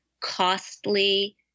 costly